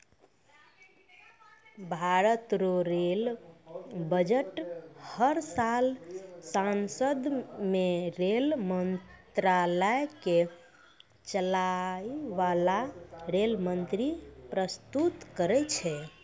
भारत रो rail budget हर साल सांसद मे रेल मंत्रालय के चलाय बाला रेल मंत्री परस्तुत करै छै